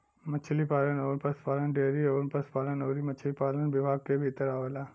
मछरी पालन अउर पसुपालन डेयरी अउर पसुपालन अउरी मछरी पालन विभाग के भीतर आवेला